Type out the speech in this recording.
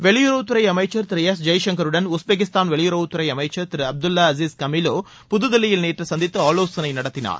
வெளியுறவுத்துறை அமைச்சர் திரு எஸ் ஜெய்சங்கருடன் உஸ்பெகிஸ்தான் வெளியுறவத்துறை அமைச்சர் திரு அப்துல்லா அஸ்ஸ் கமிலோ புதுதில்லியில் நேற்று சந்தித்து ஆலோசனை நடத்தினார்